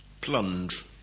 Plunge